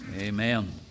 Amen